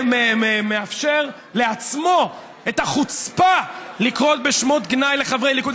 מאפשר לעצמו את החוצפה לקרוא בשמות גנאי לחברי ליכוד.